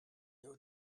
your